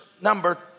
number